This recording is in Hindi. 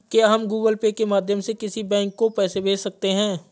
क्या हम गूगल पे के माध्यम से किसी बैंक को पैसे भेज सकते हैं?